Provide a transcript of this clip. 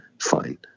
fine